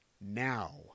now